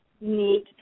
Need